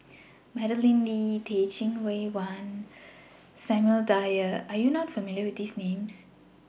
Madeleine Lee Teh Cheang Wan and Samuel Dyer Are YOU not familiar with These Names